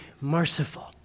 merciful